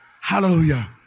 Hallelujah